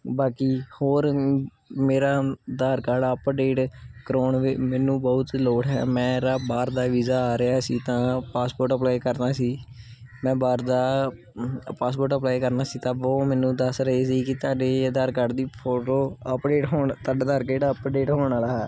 ਬਾਕੀ ਹੋਰ ਮੇਰਾ ਆਧਾਰ ਕਾਰਡ ਅਪਡੇਟ ਕਰਵਾਉਣ ਵੇ ਮੈਨੂੰ ਬਹੁਤ ਲੋੜ ਹੈ ਮੈਂ ਬਾਹਰ ਦਾ ਵੀਜ਼ਾ ਆ ਰਿਹਾ ਸੀ ਤਾਂ ਪਾਸਪੋਰਟ ਅਪਲਾਈ ਕਰਨਾ ਸੀ ਮੈਂ ਬਾਹਰ ਦਾ ਪਾਸਪੋਰਟ ਅਪਲਾਈ ਕਰਨਾ ਸੀ ਤਾਂ ਬਹੁਤ ਮੈਨੂੰ ਦੱਸ ਰਹੇ ਸੀ ਕਿ ਤੁਹਾਡੇ ਅਧਾਰ ਕਾਰਡ ਦੀ ਫੋਟੋ ਅਪਡੇਟ ਹੋਣ ਤੁਹਾਡਾ ਆਧਾਰ ਕਾਰਡ ਅਪਡੇਟ ਹੋਣ ਵਾਲਾ ਹੈ